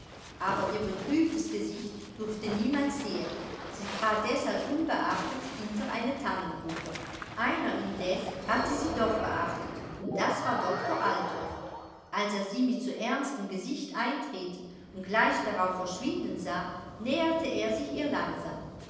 aber ihr betrübtes gesicht durfte niemand sehen sie trat deshalb unbeachtet hinter eine tannengruppe einer indes hatte sie doch beachtet und das war doktor althoff als er sie mit so ernstem gesicht eintreten und gleich darauf verschwinden sah näherte er sich ihr langsam